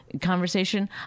conversation